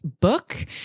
book